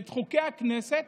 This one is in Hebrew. את חוקי הכנסת,